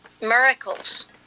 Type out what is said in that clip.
miracles